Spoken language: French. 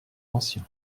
ancien